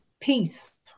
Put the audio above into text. peace